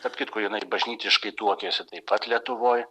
tarp kitko jinai bažnytiškai tuokėsi taip pat lietuvoj